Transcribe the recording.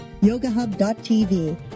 yogahub.tv